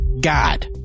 God